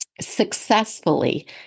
successfully